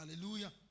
Hallelujah